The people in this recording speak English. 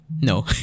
No